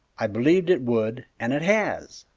i believed it would, and it has!